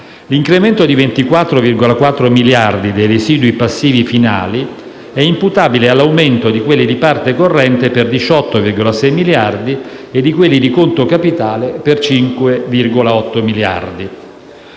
L'incremento di 24,4 miliardi dei residui passivi finali è imputabile all'aumento di quelli di parte corrente per 18,6 miliardi e di quelli di conto capitale per 5,8 miliardi.